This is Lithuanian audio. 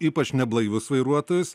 ypač neblaivius vairuotojus